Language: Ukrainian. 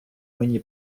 мені